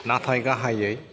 नाथाय गाहायै